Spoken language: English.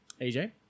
aj